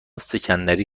سکندری